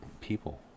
people